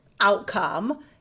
outcome